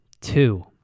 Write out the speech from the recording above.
Two